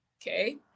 okay